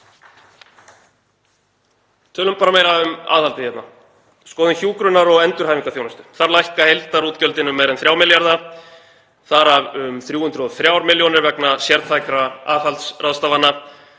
Tölum meira um aðhaldið. Skoðum hjúkrunar- og endurhæfingarþjónustu. Þar lækka heildarútgjöldin um meira en 3 milljarða, þar af um 303 milljónir vegna sértækra aðhaldsráðstafana.